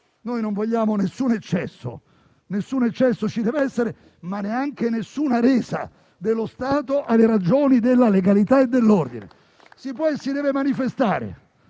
Non vogliamo alcun eccesso; nessun eccesso ci deve essere, ma neanche alcuna resa dello Stato alle ragioni della legalità e dell'ordine. Si può e si deve manifestare,